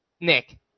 Nick